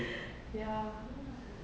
ya